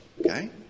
okay